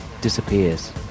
disappears